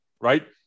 right